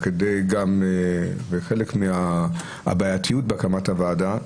וחלק מהבעייתיות בהקמת הוועדה,